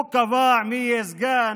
הוא קבע מי יהיה סגן,